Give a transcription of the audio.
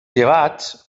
llevats